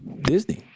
Disney